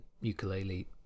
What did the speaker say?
ukulele